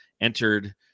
entered